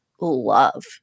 love